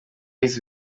yize